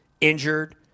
injured